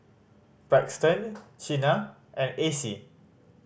Braxton Chynna and Acy